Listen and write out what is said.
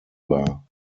war